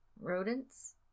rodents